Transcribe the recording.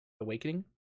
Awakening